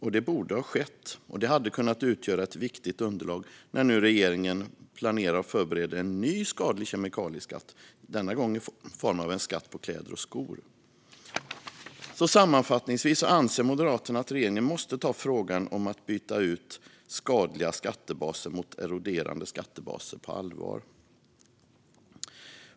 Detta borde ha skett och hade kunnat utgöra ett viktigt underlag när regeringen nu planerar och förbereder en ny skadlig kemikalieskatt i form av en skatt på kläder och skor. Sammanfattningsvis anser Moderaterna att regeringen måste ta frågan om att byta ut stabila skattebaser mot eroderande skattebaser på allvar.